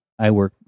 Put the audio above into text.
iWork